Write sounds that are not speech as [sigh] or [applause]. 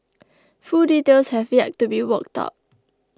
[noise] full details have yet to be worked out